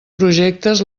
projectes